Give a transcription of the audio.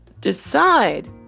Decide